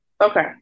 okay